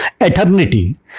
eternity